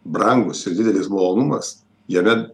brangus ir didelis malonumas jame